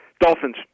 Dolphins